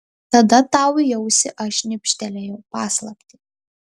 tada tau į ausį aš šnibžtelėjau paslaptį